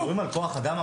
אתם מדברים על כוח אדם?